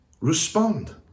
respond